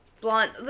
blonde